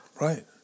Right